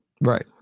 Right